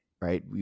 right